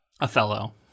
Othello